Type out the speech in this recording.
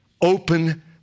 Open